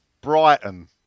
Brighton